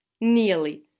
Nearly